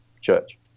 Church